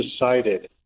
decided